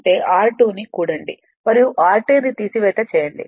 అంటే r2ని కూడండి మరియు r2 ని తీసివేత చేయండి